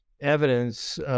evidence